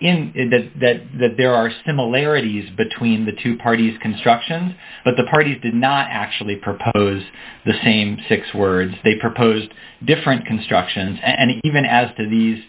in that that there are similarities between the two parties construction but the parties did not actually propose the same six words they proposed different constructions and even as to these